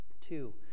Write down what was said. Two